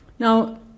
Now